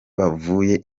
bavuye